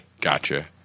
Gotcha